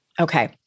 Okay